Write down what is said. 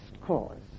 cause